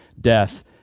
death